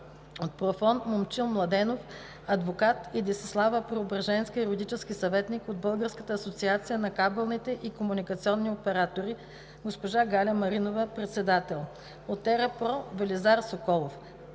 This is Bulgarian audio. от ПРОФОН – Момчил Младенов – адвокат, и Десислава Преображенска, юридически съветник; от Българската асоциация на кабелните и комуникационни оператори – Галя Маринова – председател; от ТеРаПро – Велизар Соколов,